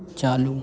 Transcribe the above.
चालू